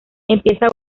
empieza